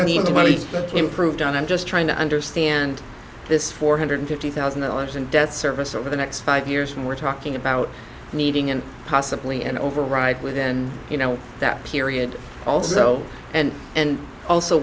to the money has been improved on i'm just trying to understand this four hundred fifty thousand dollars in debt service over the next five years and we're talking about needing and possibly an override within you know that period also and and also